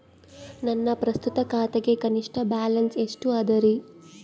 ನನ್ನ ಪ್ರಸ್ತುತ ಖಾತೆಗೆ ಕನಿಷ್ಠ ಬ್ಯಾಲೆನ್ಸ್ ಎಷ್ಟು ಅದರಿ?